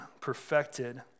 perfected